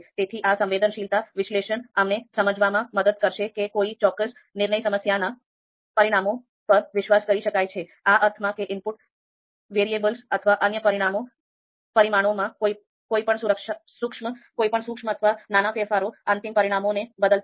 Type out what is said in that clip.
તેથી આ સંવેદનશીલતા વિશ્લેષણ અમને સમજવામાં મદદ કરશે કે કોઈ ચોક્કસ નિર્ણય સમસ્યાના પરિણામો પર વિશ્વાસ કરી શકાય છે આ અર્થમાં કે ઇનપુટ વેરીએબલ્સ અથવા અન્ય પરિમાણોમાં કોઈપણ સુક્ષ્મ અથવા નાના ફેરફારો અંતિમ પરિણામોને બદલતા નથી